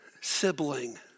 sibling